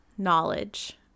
knowledge